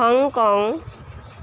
Hong Kong